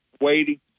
waiting